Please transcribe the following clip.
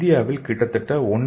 இந்தியாவில் கிட்டத்தட்ட 1